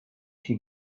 she